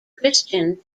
christian